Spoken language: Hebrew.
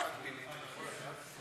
חברי חברי הכנסת,